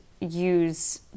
use